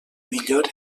millor